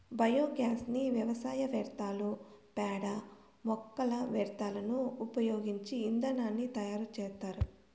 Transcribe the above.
biogas ని వ్యవసాయ వ్యర్థాలు, పేడ, మొక్కల వ్యర్థాలను ఉపయోగించి ఇంధనాన్ని తయారు చేత్తారు